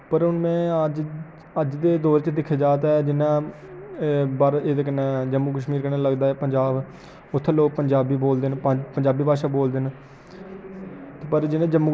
पर हुन में अज्ज अज्ज दे दौर च दिक्खेआ जा ते जि'यां बाह्वे एह्दे कन्नै जम्मू कश्मीर कन्नै लगदा ऐ पंजाब उत्थै लोक पंजाबी बोलदे न पंजाबी भाशा बोलदे न पर जेह्ड़े जम्मू